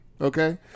Okay